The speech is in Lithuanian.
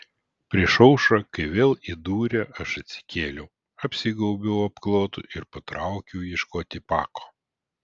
prieš aušrą kai vėl įdūrė aš atsikėliau apsigaubiau apklotu ir patraukiau ieškoti pako